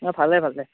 নাই ভালে ভালে